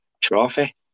trophy